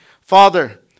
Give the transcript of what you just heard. Father